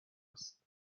است